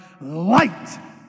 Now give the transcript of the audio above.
light